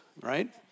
Right